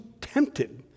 tempted